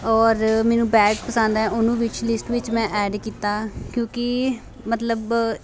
ਔਰ ਮੈਨੂੰ ਬੈਗ ਪਸੰਦ ਆਇਆ ਉਹਨੂੰ ਵਿਸ਼ਲਿਸਟ ਵਿੱਚ ਮੈਂ ਐਡ ਕੀਤਾ ਕਿਉਂਕਿ ਮਤਲਬ